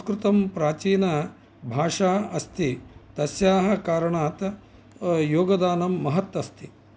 संस्कृतं प्राचीनभाषा अस्ति तस्याः कारणात् योगदानं महत् अस्ति